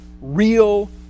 real